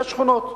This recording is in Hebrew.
יש שכונות,